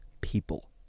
people